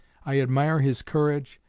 i admire his courage,